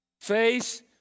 Face